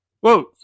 Whoa